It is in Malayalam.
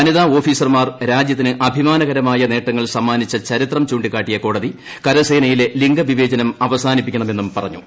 വനിത ഓഫീസർമാർ രാജ്യത്തിന് അഭിമാനകരമായ നേട്ടങ്ങൾ സമ്മാനിച്ച ചരിത്രം ചൂണ്ടിക്കാട്ടിയ കോടതി കരസേനയിലെ ലിംഗവിവേചനം അവസാനിപ്പിക്കണമെന്നും പറഞ്ഞു